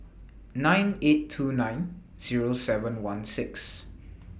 nine eight two nine Zero seven one six